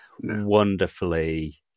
wonderfully